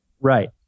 Right